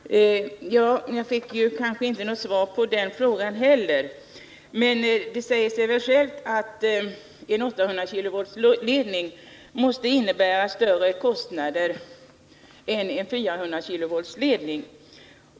Herr talman! Jag fick alltså inte något svar på min senaste fråga heller. Men det säger sig väl självt att en 800 kV-ledning måste innebära större kostnader än en 400 kV-ledning.